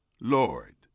Lord